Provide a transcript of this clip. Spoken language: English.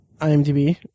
IMDb